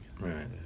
Right